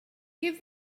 give